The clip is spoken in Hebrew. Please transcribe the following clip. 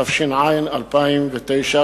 התש"ע 2010,